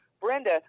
Brenda